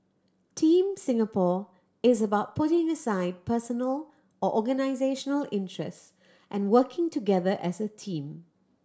Team Singapore is about putting aside personal or organisational interest and working together as a team